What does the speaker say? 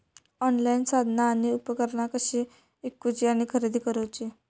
Online साधना आणि उपकरणा कशी ईकूची आणि खरेदी करुची?